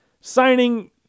signing